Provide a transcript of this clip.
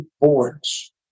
boards